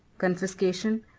confiscation,